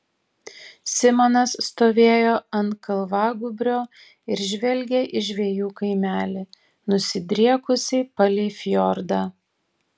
simonas stovėjo ant kalvagūbrio ir žvelgė į žvejų kaimelį nusidriekusį palei fjordą